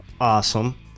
awesome